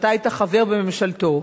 אתה היית חבר בממשלתו,